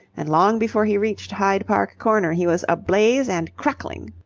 and long before he reached hyde park corner he was ablaze and crackling.